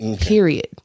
period